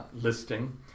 listing